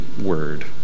word